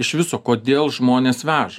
iš viso kodėl žmonės veža